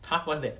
!huh! what's that